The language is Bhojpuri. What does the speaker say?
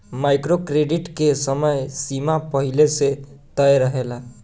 माइक्रो क्रेडिट के समय सीमा पहिले से तय रहेला